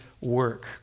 work